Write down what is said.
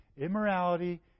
Immorality